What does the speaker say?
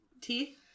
Teeth